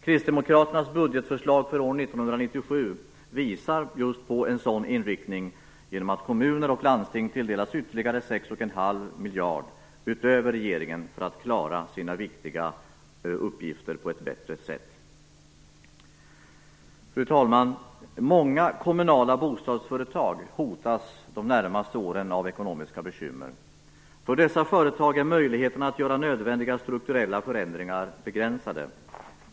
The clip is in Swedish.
Kristdemokraternas budgetförslag för år 1997 visar just på en sådan inriktning genom att kommuner och landsting tilldelas ytterligare 6,5 miljarder kronor, utöver regeringen, för att klara sina viktiga uppgifter på ett bättre sätt. Många kommunala bostadsföretag hotas de närmaste åren av ekonomiska bekymmer. För dessa företag är möjligheterna att göra nödvändiga strukturella förändringar begränsade.